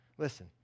Listen